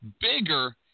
bigger